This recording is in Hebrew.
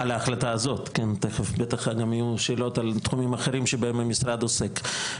בטח יהיו גם שאלות על תחומים אחרים שבהם המשרד עוסק.